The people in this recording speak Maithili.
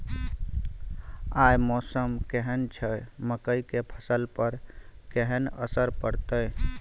आय मौसम केहन छै मकई के फसल पर केहन असर परतै?